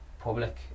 public